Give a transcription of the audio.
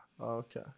Okay